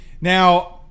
Now